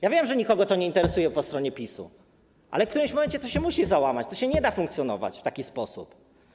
Ja wiem, że nikogo to nie interesuje po stronie PiS-u, ale w którymś momencie to się musi załamać, nie da się funkcjonować w taki sposób.